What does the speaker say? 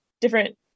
different